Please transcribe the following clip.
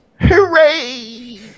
Hooray